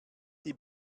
die